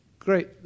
Great